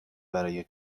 برای